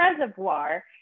reservoir